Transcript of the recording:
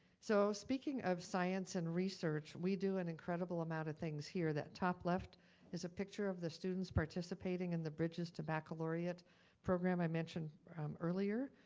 so speaking of science and research, we do an incredible amount of things here. that top left is a picture of the students participating in the bridges to baccalaureate program i mentioned earlier.